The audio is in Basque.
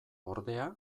ordea